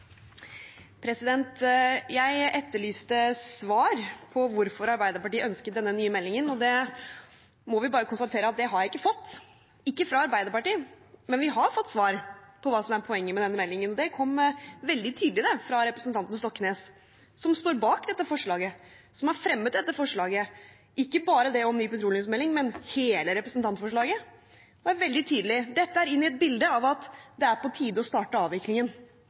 Jeg etterlyste svar på hvorfor Arbeiderpartiet ønsker denne nye meldingen, og det må vi bare konstatere at det har jeg ikke fått – ikke fra Arbeiderpartiet. Men vi har fått svar på hva som er poenget med denne meldingen. Det kom veldig tydelig fra representanten Stoknes, som står bak dette forslaget, som har fremmet dette forslaget, ikke bare det om ny petroleumsmelding, men hele representantforslaget. Han er veldig tydelig – dette er inn i et bilde av at det er på tide å starte avviklingen,